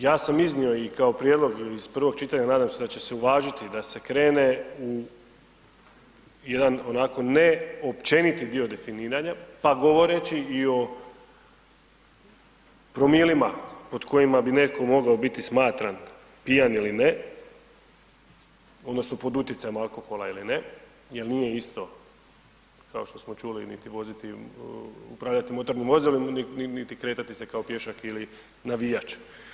Ja sam iznio i kao prijedlog ili iz prvog čitanja, nadam se da će se uvažiti da se krene u jedan onako, ne općeniti dio definiranja, pa govoreći i o promilima pod kojima bi netko mogao biti smatran pijan ili ne, odnosno pod utjecajem alkohola ili ne jer nije isto, kao što smo čuli, niti voziti, upravljati motornim vozilom niti kretati se kao pješak ili navijač.